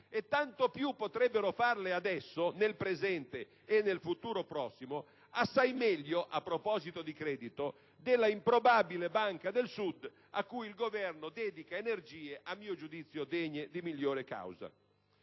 E tanto più potrebbero farlo nel presente e nel futuro prossimo, assai meglio - a proposito di credito - della improbabile Banca del Sud, cui il Governo dedica energie a mio giudizio degne di miglior causa.